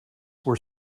were